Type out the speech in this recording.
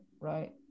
right